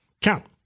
count